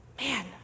man